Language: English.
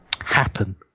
happen